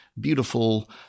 beautiful